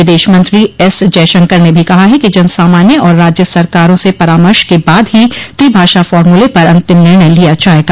विदेश मंत्री एस जयशंकर ने भी कहा है कि जन सामान्य और राज्य सरकारों से परामर्श के बाद ही त्रिभाषा फार्मूले पर अंतिम निर्णय लिया जायेगा